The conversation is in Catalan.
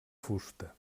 fusta